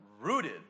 rooted